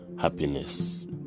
happiness